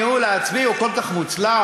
הניהול העצמי הוא כל כך מוצלח,